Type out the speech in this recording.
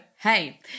Hey